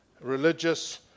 Religious